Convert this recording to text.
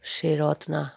সে Ratna